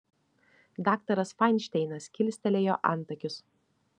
daktaras fainšteinas kilstelėjo antakius